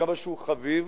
וכמה שהוא חביב,